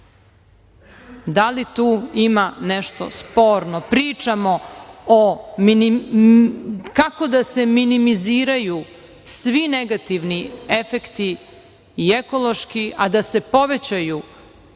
li tu ima nešto sporno? Pričamo kako da se minimiziraju svi negativni efekti i ekološki, a da se povećaju